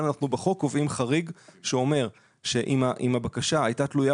אנחנו בחוק קובעים חריג שאומר שאם הבקשה הייתה תלויה